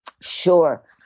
Sure